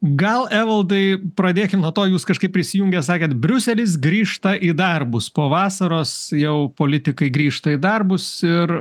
gal evaldai pradėkim nuo to jūs kažkaip prisijungę sakėt briuselis grįžta į darbus po vasaros jau politikai grįžta į darbus ir